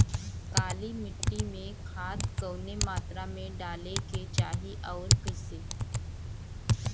काली मिट्टी में खाद कवने मात्रा में डाले के चाही अउर कइसे?